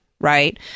Right